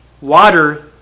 water